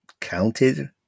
counted